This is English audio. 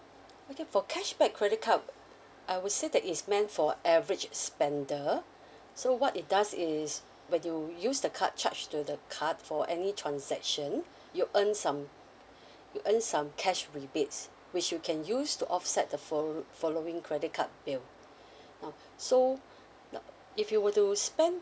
okay for cashback credit card I would say that is meant for average spender so what it does is when you use the card charge to the card for any transaction you earn some you earn some cash rebates which you can use to offset the fol~ following credit card bill uh so now if you were to spend